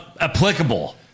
applicable